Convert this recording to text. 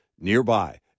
nearby